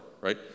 right